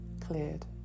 cleared